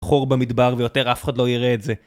חור במדבר ויותר אף אחד לא יראה את זה